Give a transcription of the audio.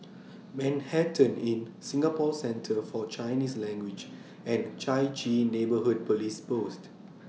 Manhattan Inn Singapore Centre For Chinese Language and Chai Chee Neighbourhood Police Post